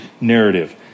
narrative